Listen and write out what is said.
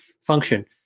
function